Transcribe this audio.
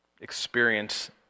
experience